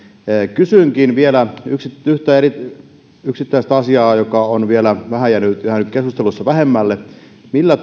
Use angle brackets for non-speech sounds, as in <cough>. kysynkin vielä yhtä yksittäistä asiaa joka on vielä vähän jäänyt jäänyt keskustelussa vähemmälle millä <unintelligible>